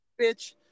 bitch